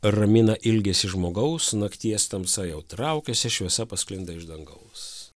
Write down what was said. ramina ilgesį žmogaus nakties tamsa jau traukiasi šviesa pasklinda iš dangaus